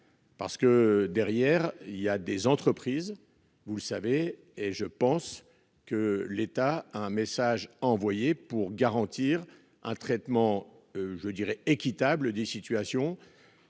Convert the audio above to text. Parce que derrière il y a des entreprises, vous le savez et je pense que l'État un message envoyé pour garantir un traitement je dirais équitable des situations